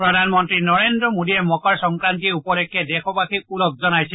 প্ৰধানমন্তী নৰেজ্ মোদীয়ে মকৰ সংক্ৰান্তি উপলক্ষে দেশবাসীক ওলগ জনাইছে